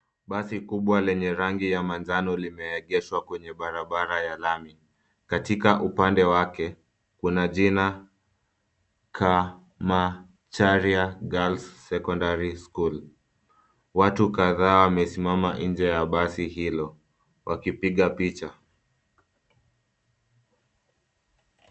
Basi kubwa lenye rangi ya manjano limeegeshwa kwenye barabara ya lami. Katika upande wake, kuna jina Kamacharia Girls Secondary School . Watu kadhaa wamesimama nje ya basi hilo, wakipiga picha.